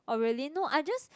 oh really no I just